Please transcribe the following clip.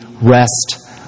rest